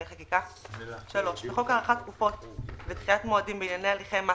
חקיקה) בחוק הארכת תקופות ודחיית מועדים בענייני הליכי מס